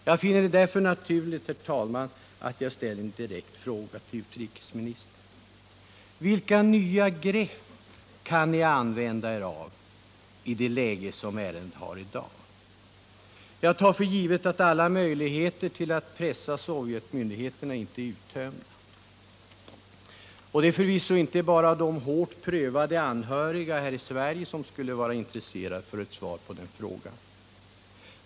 Jag finner det därför naturligt, herr talman, att jag ställer en direkt fråga till utrikesministern: Vilka nya grepp kan ni använda i det läge som ärendet har i dag? Jag tar för givet att alla möjligheter att pressa sovjetmyndigheterna inte är uttömda. Det är förvisso inte bara de hårt prövade anhöriga här i Sverige som skulle vara intresserade av ett svar på den frågan.